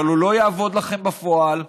אבל הוא לא יעבוד לכם בפועל,